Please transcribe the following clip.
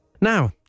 Now